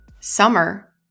summer